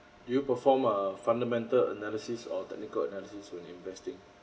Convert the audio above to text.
do you perform uh fundamental analysis or technical analysis when investing